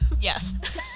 yes